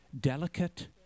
delicate